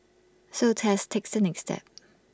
so Tess takes the next step